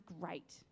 great